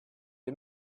les